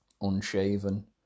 unshaven